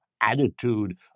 attitude